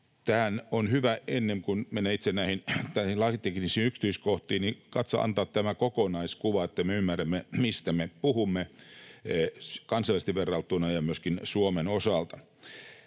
Tähän on hyvä, ennen kuin menen itse näihin lakiteknisiin yksityiskohtiin, antaa tämä kokonaiskuva, jotta me ymmärrämme, mistä me puhumme kansainvälisesti vertailtuna ja myöskin Suomen osalta.